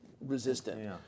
resistant